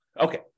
Okay